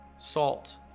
Salt